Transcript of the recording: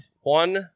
one